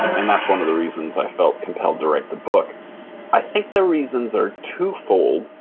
and that's one of the reasons i felt compelled to write the book i think the reasons are two-fold.